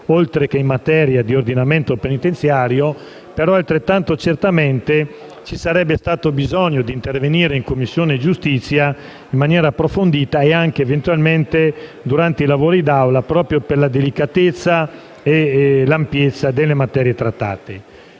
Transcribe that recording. oltre che in materia di ordinamento penitenziario, ma che altrettanto certamente ci sarebbe stato bisogno di intervenire in Commissione giustizia in maniera approfondita e anche, eventualmente, durante i lavori d'Assemblea, proprio per la delicatezza e l'ampiezza delle materie trattate.